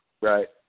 Right